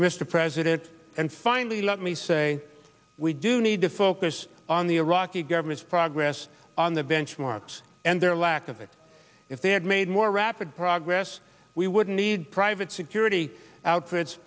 mr president and finally let me say we do need to focus on the iraqi government's progress on the benchmarks and their lack of it if they had made more rapid progress we would need private security outfits